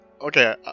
Okay